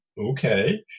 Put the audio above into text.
Okay